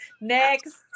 Next